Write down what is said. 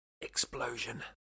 Explosion